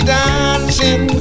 dancing